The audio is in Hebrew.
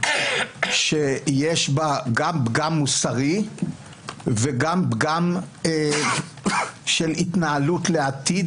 שיש בה גם פגם מוסרי וגם פגם של התנהלות לעתיד,